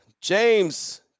James